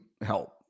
help